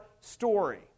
story